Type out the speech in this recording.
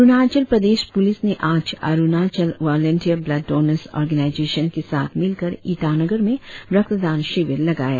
Arunachal Pradesh police ने आज Arunachal volunteer blood donors organisation के साथ मिल कर ईटानगर में रक्तदान शिविर लगाया